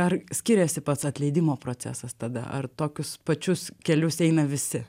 ar skiriasi pats atleidimo procesas tada ar tokius pačius kelius eina visi